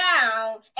down